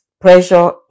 pressure